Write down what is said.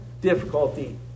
difficulty